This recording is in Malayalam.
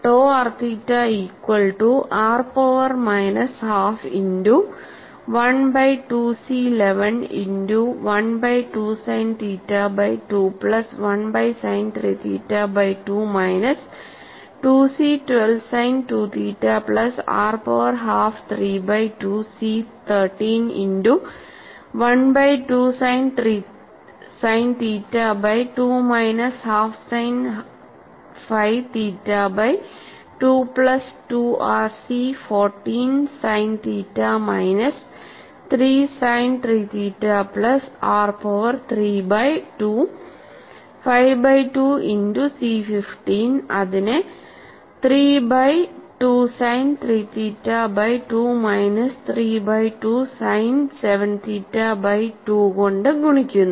to R theta equal to r power minus half into 1 by 2 C 11 into 1 by 2 sine theta by 2 plus 1 by sine 3 theta by 2 minus 2 C 12 sine 2 theta plus R power half 3 by 2 C 13 into 1 by 2 sine theta by 2 minus half sine phi theta by 2 plus 2 R C 14 sine theta minus 3 sine 3 theta plus R power 3 by 2 5 by 2 into c15 അതിനെ 3 by 2 sine 3 theta by 2 minus 3 by 2 sine 7 theta by 2 കൊണ്ട് ഗുണിക്കുന്നു